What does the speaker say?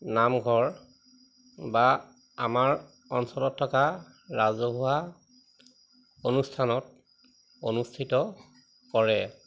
নামঘৰ বা আমাৰ অঞ্চলত থকা ৰাজহুৱা অনুষ্ঠানত অনুষ্ঠিত কৰে